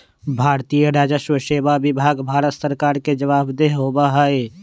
भारतीय राजस्व सेवा विभाग भारत सरकार के जवाबदेह होबा हई